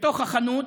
בתוך החנות,